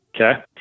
Okay